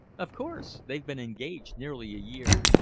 of course. they've been engaged nearly a year,